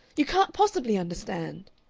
you can't possibly understand!